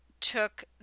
took